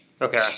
okay